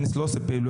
יש לנו 17